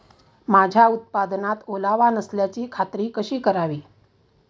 माझ्या उत्पादनात ओलावा नसल्याची खात्री कशी करावी?